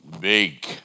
big